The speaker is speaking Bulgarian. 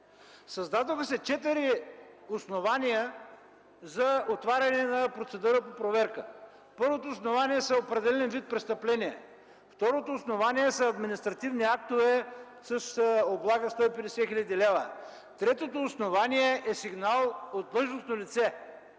Създадоха се четири основания за отваряне на процедура по проверка. Първото основание са определен вид престъпления, второто основание са административни актове с облага 150 хил. лв., третото основание е сигнал от длъжностно лице